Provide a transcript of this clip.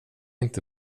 inte